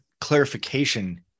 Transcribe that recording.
clarification